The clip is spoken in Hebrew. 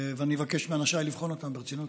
ואני אבקש מאנשיי לבחון אותן ברצינות.